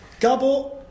Gabo